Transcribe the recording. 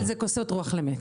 מיכאל, זה כוסות רוח למת.